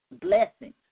Blessings